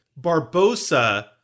Barbosa